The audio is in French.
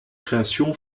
création